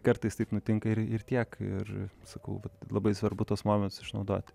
kartais taip nutinka ir ir tiek ir sakau labai svarbu tuos momentus išnaudot